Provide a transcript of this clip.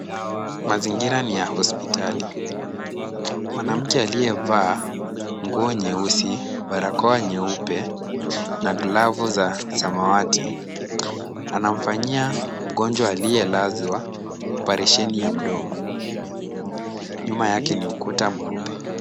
Mazingira ni ya hospitali. Mwanamke aliyevaa nguo nyeusi barakoa nyeupe na glavu za samawati anamfanyia mgonjwa aliye lazwa operesheni ya mdomo. Nyuma yake ni ukuta mweupe.